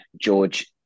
George